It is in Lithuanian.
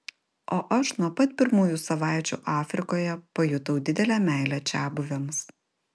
o aš nuo pat pirmųjų savaičių afrikoje pajutau didelę meilę čiabuviams